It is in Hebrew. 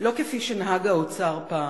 לא כפי שנהג האוצר בעבר,